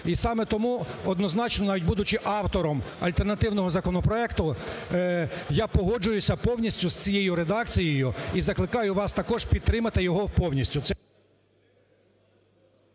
навіть будучи автором альтернативного законопроекту, я погоджуюся повністю з цією редакцією і закликаю вас також підтримати його повністю.